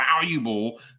valuable